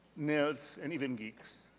nerds, and even geeks